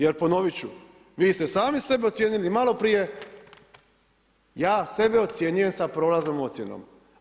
Jer ponovit ću, vi ste sami sebe ocijenili maloprije, ja sebe ocjenjujem sa prolaznom ocjenom.